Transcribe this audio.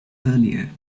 earlier